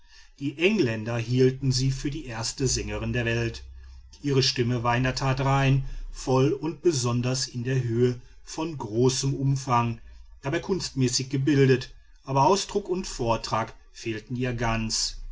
die engländer hielten sie für die erste sängerin der welt ihre stimme war in der tat rein voll und besonders in der höhe von großem umfang dabei kunstmäßig gebildet aber ausdruck und vortrag fehlten ihr ganz